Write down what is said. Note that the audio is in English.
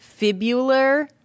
fibular